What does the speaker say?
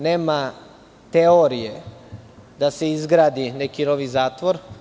Nema teorije da se izgradi neki novi zatvor.